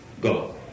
go